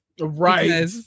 right